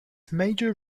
major